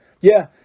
Yeah